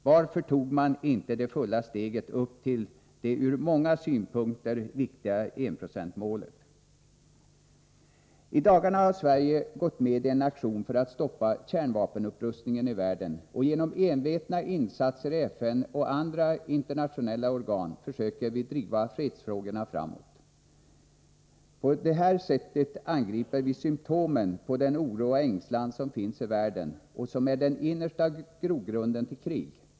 Varför tog man inte det fulla steget upp till det ur många synpunkter viktiga enprocentsmålet? I dagarna har Sverige gått med i en aktion för att stoppa kärnvapenupprustningen i världen, och genom envetna insatser i FN och andra internationella organ försöker vi driva fredsfrågorna framåt. På detta sätt angriper vi symptomen på den oro och ängslan som finns i världen och som är den innersta grogrunden till krig.